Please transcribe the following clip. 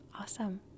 Awesome